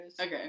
Okay